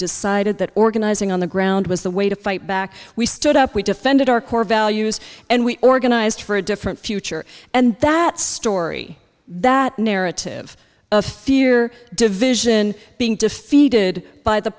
decided that organizing on the ground was the way to fight back we stood up we defended our core values and we organized for a different future and that story that narrative of fear division being defeated by the